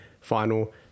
final